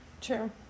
True